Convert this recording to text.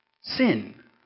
sin